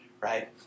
Right